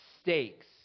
stakes